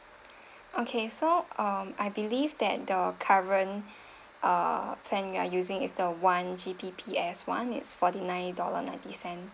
okay so um I believe that the current uh plan you're using is the one G P P S one it's forty nine dollar ninety cent